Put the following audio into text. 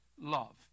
love